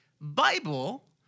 Bible